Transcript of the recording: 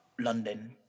London